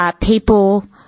people